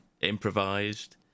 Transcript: improvised